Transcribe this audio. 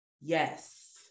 Yes